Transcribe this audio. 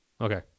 Okay